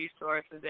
resources